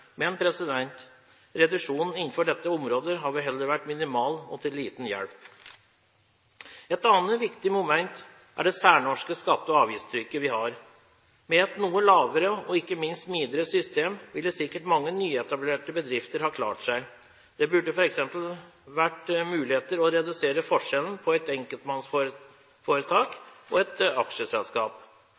Men reduksjonen innenfor dette området har vel heller vært minimal og til liten hjelp. Et annet viktig moment er det særnorske skatte- og avgiftstrykket vi har. Med et noe lavere og ikke minst smidigere system ville sikkert mange nyetablerte bedrifter klart seg. Det burde f.eks. vært mulig å redusere forskjellen på et enkeltmannsforetak og et aksjeselskap.